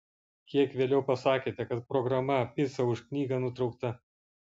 kiek vėliau pasakėte kad programa pica už knygą nutraukta